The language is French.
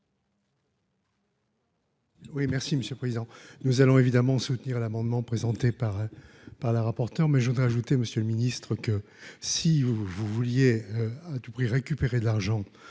Monsieur le Président, nous allons évidemment soutenir l'amendement présenté par par la rapporteure, mais je voudrais ajouter, Monsieur le Ministre, que si vous vous vouliez à tout prix récupérer de l'argent